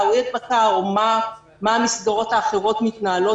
או אין הדבקה או איך המסגרות האחרות מתנהלות.